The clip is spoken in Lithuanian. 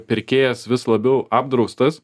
pirkėjas vis labiau apdraustas